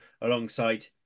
alongside